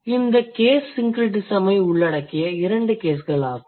இவை case syncretismஐ உள்ளடக்கிய இரண்டு caseகள் ஆகும்